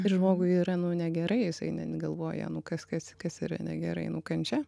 ir žmogui yra nu negerai isai ne galvoja nu kas kas kas yra negerai nu kančia